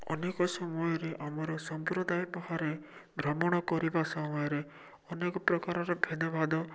ଅନେକ ସମୟରେ ଆମର ସମ୍ପ୍ରଦାୟ ବାହାରେ ଭ୍ରମଣ କରିବା ସମୟରେ ଅନେକ ପ୍ରକାରର ଭେଦଭାଦ